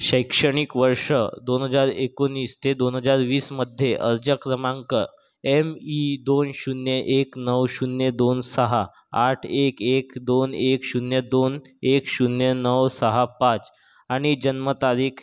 शैक्षणिक वर्ष दोन हजार एकोणीस ते दोन हजार वीसमध्ये अर्ज क्रमांक एम ई दोन शून्य एक नऊ शून्य दोन सहा आठ एक एक दोन एक शून्य दोन एक शून्य नऊ सहा पाच आणि जन्मतारीख